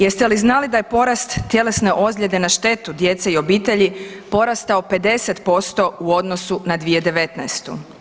Jeste li znali da je porast tjelesne ozljede na štetu djece i obitelji porastao 50% u odnosu na 2019.